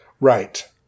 Right